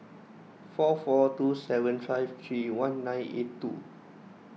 four four two seven five three one nine eight two